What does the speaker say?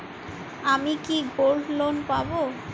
আমি কি gold loan পাবো?